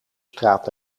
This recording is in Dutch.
straat